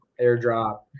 Airdrop